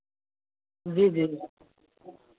जी जी